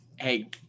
Hey